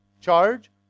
charge